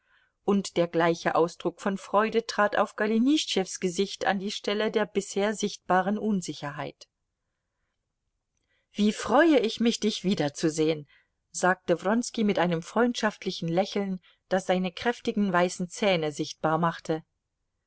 und der gleiche ausdruck von freude trat auf golenischtschews gesicht an die stelle der bisher sichtbaren unsicherheit wie freue ich mich dich wiederzusehen sagte wronski mit einem freundschaftlichen lächeln das seine kräftigen weißen zähne sichtbar machte